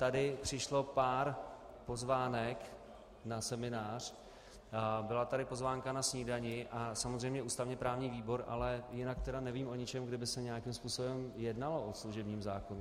Tady přišlo pár pozvánek na seminář, byla tady pozvánka na snídani a samozřejmě ústavněprávní výbor, ale jinak tedy nevím o ničem, kde by se nějakým způsobem jednalo o služebním zákonu.